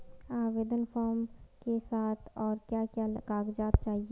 आवेदन फार्म के साथ और क्या क्या कागज़ात चाहिए?